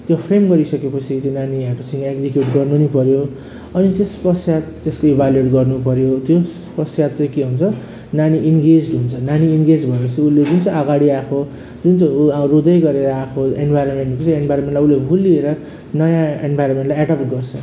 त्यो फ्रेम गरिसके पछि त्यो नानी यहाँको सँग एक्जिक्युट गर्नु नि पऱ्यो अनि तत्पश्चात् त्यसको इभ्यालुएट गर्नु पऱ्यो तत्पश्चात् चाहिँ के हुन्छ नानी इङ्गेज्ड हुन्छ नानी इङ्गेज्ड भए पछि उसले जुन चाहिँ अगाडि आएको जुन चाहिँ ऊ रुँदै गरेर आएको इन्भायरोन्मेन्ट फेरि इन्भायरोन्मेन्टलाई उसले भुलेर नयाँ इन्भायोरेन्मेन्टलाई एड्याप्ट गर्छ